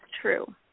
true